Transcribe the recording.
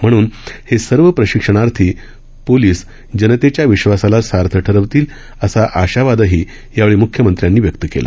म्हणून हे सर्व प्रशिक्षणार्थी पोलीस जनतेच्या विश्वासाला सार्थ ठरवतील असा आशावादही यावेळी म्ख्यमंत्र्यांनी व्यक्त केला